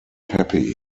happy